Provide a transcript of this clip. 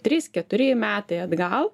trys keturi metai atgal